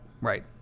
Right